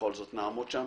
שבכל זאת נעמוד שם,